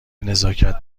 نزاکت